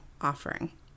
offering